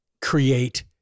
create